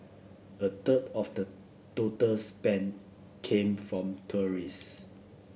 a third of the total spend came from tourists